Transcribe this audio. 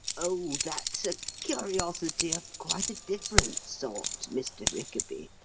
oh, that's a curiosity of quite a different sort, mr. rickaby.